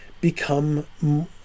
become